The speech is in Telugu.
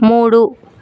మూడు